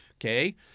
Okay